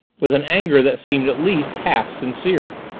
with an anger that seemed at least half sincere.